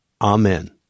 Amen